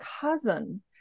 cousin